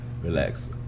Relax